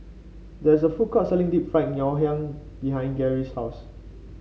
there's a food court selling Deep Fried Ngoh Hiang behind Gerry's house